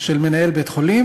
של מנהל בית-חולים,